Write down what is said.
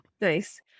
nice